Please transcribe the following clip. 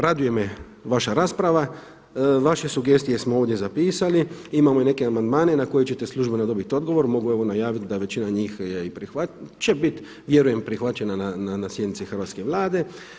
Raduje me vaša rasprava, veše sugestije smo ovdje zapisali imamo i neke amandmane na koje će službeno dobiti odgovor, mogu vam najaviti da većina njih će biti vjerujem prihvaćena na sjednici hrvatske Vlade.